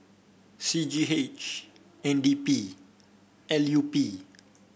C G H N D P L U P